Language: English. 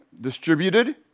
distributed